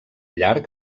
llarg